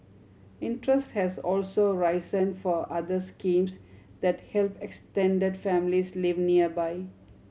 interest has also risen for other schemes that help extended families live nearby